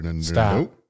Stop